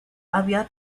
había